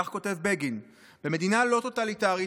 כך כותב בגין: "במדינה לא טוטליטרית,